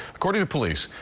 according to police,